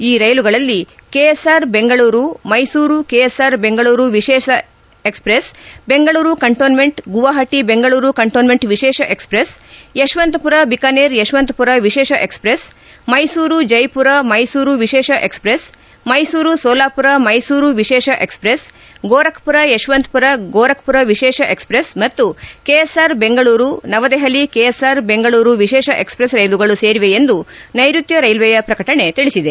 ಈ ರೈಲುಗಳಲ್ಲಿ KSR Bengaluru Mysuru KSR Bengaluru ವಿಶೇಷ express Bengaluru cantonment Guwahati Bengaluru cantonment ವಿಶೇಷ ಎಕ್ಸ್ಪ್ರೆಸ್ ಯಶವಂತಪುರ ಬಿಕಾನೇರ್ ಯಶವಂತಪುರ ವಿಶೇಷ ಎಕ್ಸ್ಪ್ರೆಸ್ ಮೈಸೂರು ಜೈಪುರ ಮೈಸೂರು ವಿಶೇಷ ಎಕ್ಪ್ರೆಸ್ ಮೈಸೂರು ಸೊಲಾಪುರ ಮೈಸೂರು ವಿಶೇಷ ಎಕ್ಪ್ರೆಸ್ ಗೋರಟ್ಪುರ ಯಶವಂತಪುರ ಗೋರಖ್ಪುರ ಎತ್ಸೆಪ್ರೆಸ್ ಮತ್ತು KSR Bengaluru New Delhi KSR Bengaluru express ರೈಲುಗಳು ಸೇರಿವೆ ಎಂದು ನೈರುತ್ಯ ರೈಲ್ವೆಯ ಪ್ರಕಟಣೆ ತಿಳಿಸಿದೆ